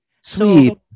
Sweet